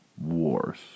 Wars